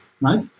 right